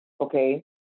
okay